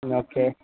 ம் ஓகே